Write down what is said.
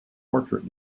portrait